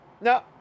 No